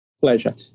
Pleasure